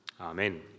Amen